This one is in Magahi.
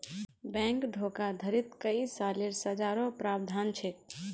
बैंक धोखाधडीत कई सालेर सज़ारो प्रावधान छेक